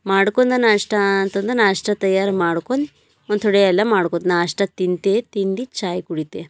ಮಾಡ್ಕೊಂಡ ನಾಷ್ಟ ಅಂತಂದು ನಾಷ್ಟ ತಯಾರು ಮಾಡ್ಕೊಂಡ್ ಒಂದು ಥೋಡಿಯೆಲ್ಲ ಮಾಡ್ಕೊತ ನಾಷ್ಟ ತಿಂತೆ ತಿಂದು ಚಾಯ್ ಕುಡೀತೆ